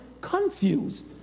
confused